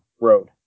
road